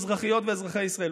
אזרחיות ואזרחי ישראל,